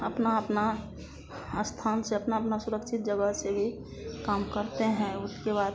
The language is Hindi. अपना अपना स्थान से अपना अपना सुरक्षित जगह से भी काम करते हैं उसके बाद